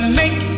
make